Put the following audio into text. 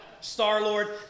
Star-Lord